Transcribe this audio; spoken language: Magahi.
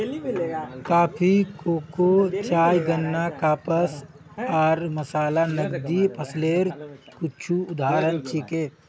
कॉफी, कोको, चाय, गन्ना, कपास आर मसाला नकदी फसलेर कुछू उदाहरण छिके